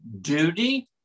duty